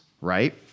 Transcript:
right